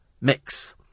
Mix